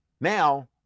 now